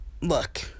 look